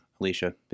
Alicia